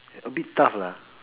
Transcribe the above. a bit tough lah